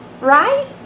right